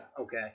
Okay